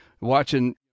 watching